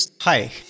Hi